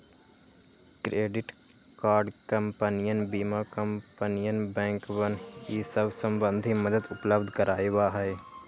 credit card कंपनियन बीमा कंपनियन बैंकवन ई सब संबंधी मदद उपलब्ध करवावा हई